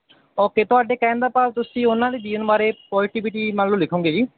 okay ਤੁਹਾਡੇ ਕਹਿਣ ਦਾ ਭਾਵ ਤੁਸੀਂ ਉਹਨਾਂ ਦੇ ਜੀਵਨ ਬਾਰੇ ਪੋਜੀਟੀਵਿਟੀ ਮੰਨ ਲਓ ਲਿਖੋਗੇ ਜੀ